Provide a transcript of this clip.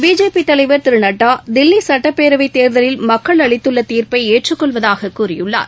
BJP தலைவர் திரு நட்டா தில்லி சட்டப்பேரவை தேர்தலில் மக்கள் அளித்துள்ள தீர்ப்பை ஏற்றுக்கொள்வதாக கூறியுள்ளார்